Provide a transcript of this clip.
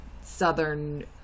Southern